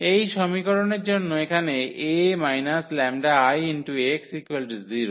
এই সমীকরণের জন্য এখানে A 𝜆𝐼x 0